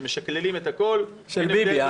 כשמשקללים את הכול --- של ביבי.